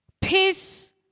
peace